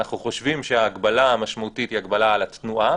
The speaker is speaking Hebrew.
אנחנו חושבים שההגבלה המשמעותית היא הגבלה על התנועה,